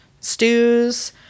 stews